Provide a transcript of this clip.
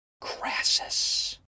Crassus